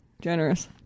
Generous